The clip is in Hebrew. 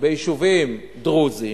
ביישובים דרוזיים,